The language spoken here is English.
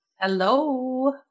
Hello